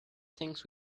thinks